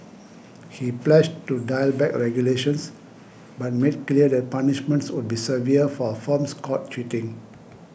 he pledged to dial back regulations but made clear that punishments would be severe for firms caught cheating